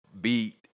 beat